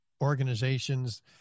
organizations